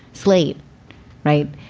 slate right.